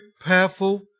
powerful